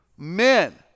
Men